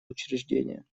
учреждения